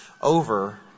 over